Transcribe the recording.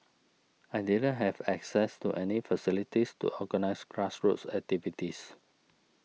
I didn't have access to any facilities to organise grassroots activities